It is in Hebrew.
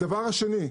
הדבר השני,